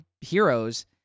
heroes